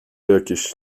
jakieś